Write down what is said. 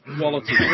quality